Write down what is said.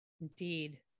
Indeed